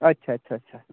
अच्छा अच्छा अच्छा